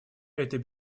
этой